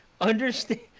understand